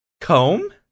Comb